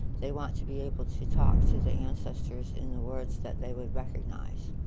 they want to be able to talk to the ancestors in the words that they would recognize.